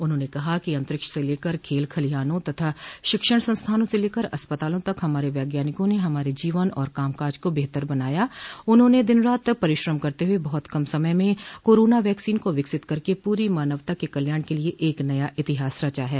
उन्होंने कहा कि राष्ट्र अंतरिक्ष से लेकर खेल खलिहानों तथा शिक्षण संस्थानों से लेकर अस्पतालों तक हमारे वैज्ञानिकों ने हमारे जीवन और कामकाज को बेहतर बनाया है और उन्होंने दिनरात परिश्रम करते हुए बहुत कम समय में कोरोना वैक्सीन को विकसित करके पूरी मानवता के कल्याण के लिये एक नया इतिहास रचा है